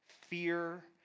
fear